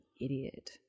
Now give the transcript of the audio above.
idiot